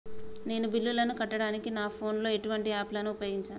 నేను బిల్లులను కట్టడానికి నా ఫోన్ లో ఎటువంటి యాప్ లను ఉపయోగించాలే?